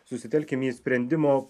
susitelkim į sprendimo